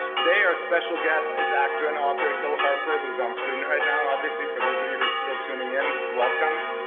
today our special guest is actor and author hill harper, who's on screen right now. obviously for those of you who are still tuning in, welcome.